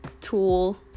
tool